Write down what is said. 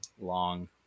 long